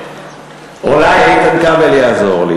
אולי תעשה, על מגילת אסתר.